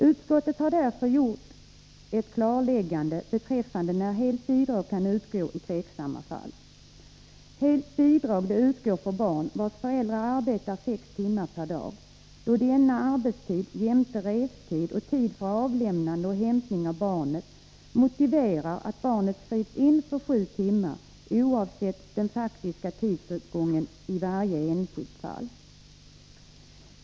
Utskottet har därför gjort ett klarläggande i frågan, när helt bidrag i tveksamma fall kan utgå. Helt bidrag utgår för barn vars föräldrar arbetar sex timmar per dag, då denna arbetstid jämte restid och tid för avlämnande och hämtning av barnet motiverar att barnet skrivs in för sju timmar, oavsett den faktiska tidsåtgången i varje enskilt fall.